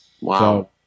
wow